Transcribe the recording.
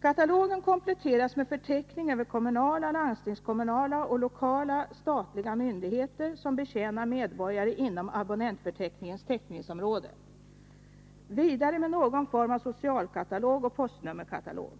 Katalogen kompletteras med en förteckning över kommunala, landstingskommunala och lokala statliga myndigheter som betjänar medborgare inom abonnentförteckningens täckningsområde och vidare med någon form av socialkatalog och postnummerkatalog.